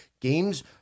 games